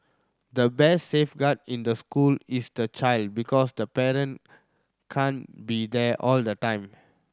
the best safeguard in the school is the child because the paren can't be there all the time